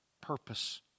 purpose